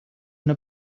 una